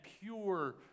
pure